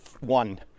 one